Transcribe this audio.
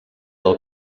del